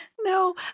No